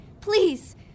Please